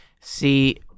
See